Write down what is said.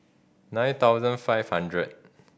nine thousand five hundred